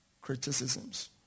criticisms